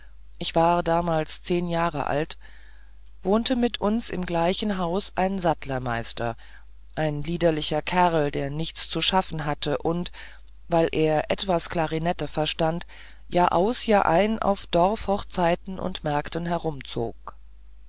ich war damals zehn jahre alt wohnte mit uns im gleichen haus ein sattlermeister ein liederlicher kerl der nichts zu schaffen hatte und weil er etwas klarinett verstand jahraus jahrein auf dorfhochzeiten und märkten herumzog